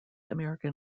american